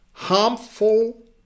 harmful